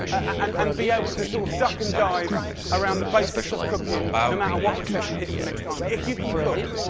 and and be able to sort of duck and dive around the basics of cooking, no matter what recession hits them and next time. if you can cook,